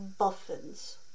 buffins